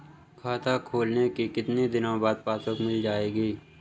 खाता खोलने के कितनी दिनो बाद पासबुक मिल जाएगी?